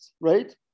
right